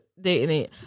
dating